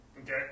Okay